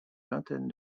vingtaine